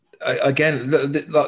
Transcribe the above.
Again